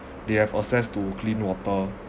they have access to clean water